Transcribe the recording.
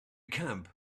camp